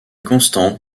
constante